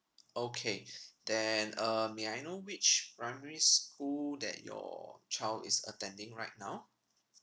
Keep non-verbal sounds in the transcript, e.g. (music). okay (breath) then uh may I know which primary school that your child is attending right now